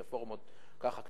רפורמות ככה קטנות.